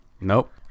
nope